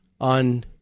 on